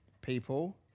people